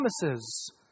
promises